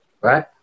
right